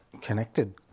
connected